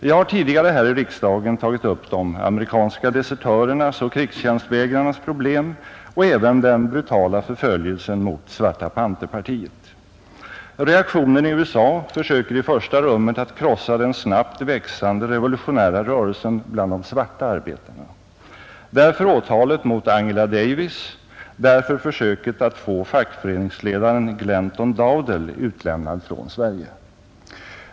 Jag har tidigare här i riksdagen tagit upp de amerikanska desertörernas och krigstjänstvägrarnas problem och även den brutala förföljelsen mot Svarta panter-partiet. Reaktionen i USA försöker i första rummet att krossa den snabbt växande revolutionära rörelsen bland de svarta arbetarna. Därför åtalet mot Angela Davis, därför försöket att få fackföreningsledaren Glanton Dowdell utlämnad från Sverige.